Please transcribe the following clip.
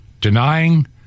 denying